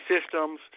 systems